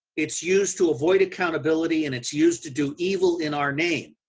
it's used to avoid accountability and it's used to do evil in our name,